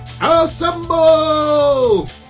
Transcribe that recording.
Assemble